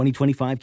2025